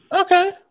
Okay